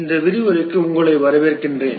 இந்த விரிவுரைக்கு உங்களை வரவேற்கிறேன்